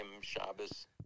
Shabbos